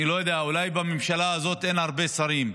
אני לא יודע, אולי בממשלה הזאת אין הרבה שרים?